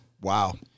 Wow